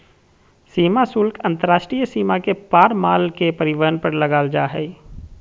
सीमा शुल्क अंतर्राष्ट्रीय सीमा के पार माल के परिवहन पर लगाल जा हइ